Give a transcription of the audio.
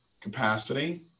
capacity